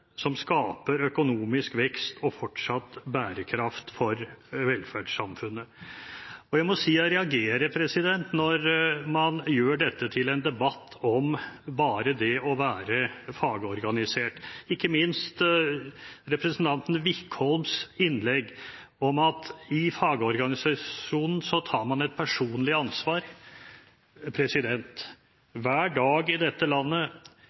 som skaper økonomisk vekst og fortsatt bærekraft for velferdssamfunnet. Jeg må si jeg reagerer når man gjør dette til en debatt om bare det å være fagorganisert, ikke minst når representanten Wickholm i innlegget sier at i fagorganisasjonen tar man et personlig ansvar. Hver dag i dette landet